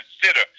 consider